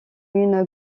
une